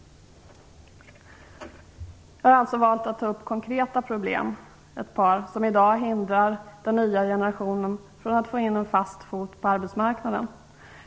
Jag har alltså valt att ta upp ett par konkreta problem som i dag hindrar den nya generationen från att få in en fast fot på arbetsmarknaden.